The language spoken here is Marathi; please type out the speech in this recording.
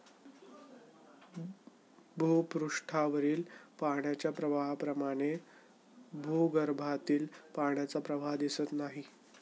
भूपृष्ठावरील पाण्याच्या प्रवाहाप्रमाणे भूगर्भातील पाण्याचा प्रवाह दिसत नाही